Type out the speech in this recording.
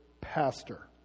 pastor